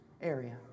area